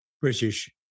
British